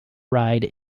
ride